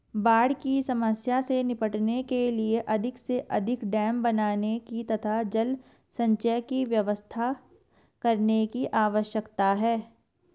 बाढ़ की समस्या से निपटने के लिए अधिक से अधिक डेम बनाने की तथा जल संचय की व्यवस्था करने की आवश्यकता है